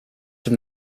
from